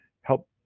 help